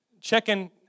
checking